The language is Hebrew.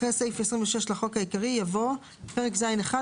אחרי סעיף 26 לחוק העיקרי יבוא: פרק ז'1: